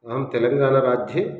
अहं तेलङ्गाणाराज्ये